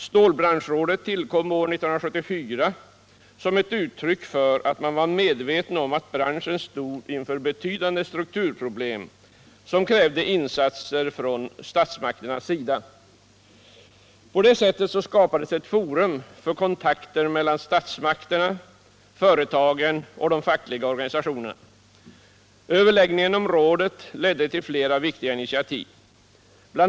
Stålbranschrådet tillkom år 1974 som ett uttryck för att man var medveten om att branschen stod inför betydande strukturproblem, som krävde insatser från statsmakternas sida. På det sättet skapades ett forum för kontakter mellan statsmakterna, företagen och de fackliga organisationerna. Överläggningarna inom rådet ledde till flera viktiga initiativ. BL.